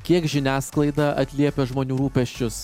kiek žiniasklaida atliepia žmonių rūpesčius